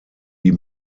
die